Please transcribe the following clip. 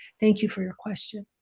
thank you for your question.